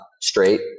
straight